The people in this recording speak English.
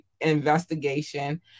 investigation